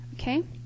okay